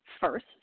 first